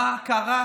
מה קרה?